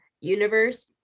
universe